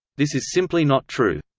this is simply not true.